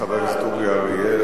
חבר הכנסת אורי אריאל.